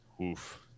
oof